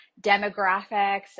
demographics